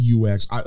UX